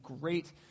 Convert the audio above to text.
great